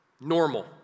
normal